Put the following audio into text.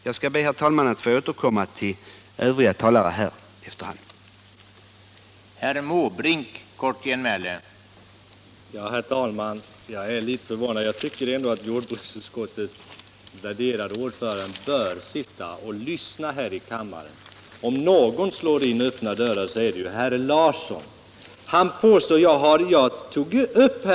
Jag skall be, herr talman, att få återkomma till övriga talare efter hand.